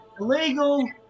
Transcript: Illegal